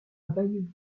bayeux